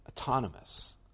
autonomous